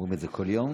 אומרים את זה כל יום.